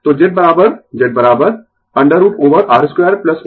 तो Z Z √ over R 2ω L 2